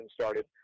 started